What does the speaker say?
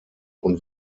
und